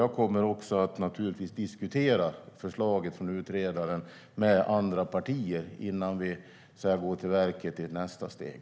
Jag kommer naturligtvis att diskutera förslaget från utredaren med andra partier innan vi går till verket i ett nästa steg.